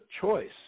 choice